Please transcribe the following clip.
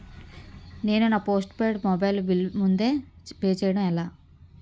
నేను నా postpaid mobile bill ముందే పే చేయడం ఎలా?